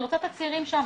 אני רוצה את הצעירים שם.